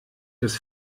das